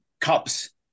cups